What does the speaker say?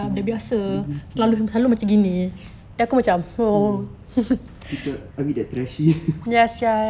dah biasa hmm kita are we that trashy